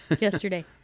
yesterday